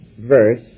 verse